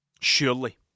Surely